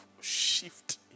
shift